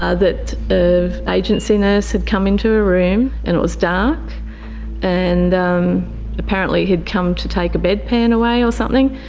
ah that agency nurse had come into her room and it was dark and apparently he had come to take a bedpan away or something.